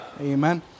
Amen